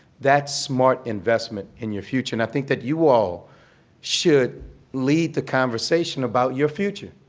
that's smart investment in your future. and i think that you all should lead the conversation about your future.